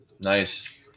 Nice